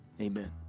Amen